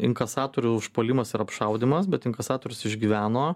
inkasatorių užpuolimas ar apšaudymas bet inkasatorius išgyveno